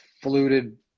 fluted